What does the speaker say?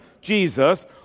Jesus